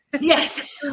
Yes